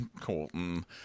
Colton